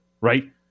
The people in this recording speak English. right